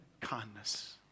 kindness